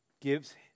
gives